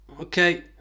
okay